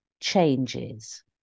changes